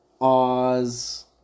Oz